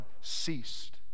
ceased